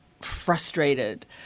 frustrated